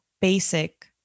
basic